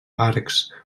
arcs